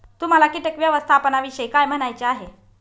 तुम्हाला किटक व्यवस्थापनाविषयी काय म्हणायचे आहे?